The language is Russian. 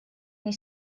мне